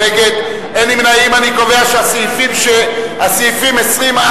21, השכלה גבוהה, סעיף 22, סעיף 23,